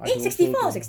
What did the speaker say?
I don't know too